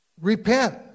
Repent